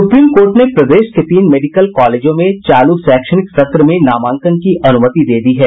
supreme Court ने प्रदेश के तीन मेडिकल कॉलेजों में चालू शैक्षणिक सत्र में नामांकन की अनुमति दे दी है